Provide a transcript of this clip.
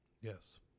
yes